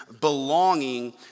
belonging